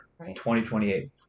2028